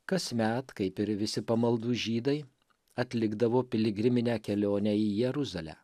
kasmet kaip ir visi pamaldų žydai atlikdavo piligriminę kelionę į jeruzalę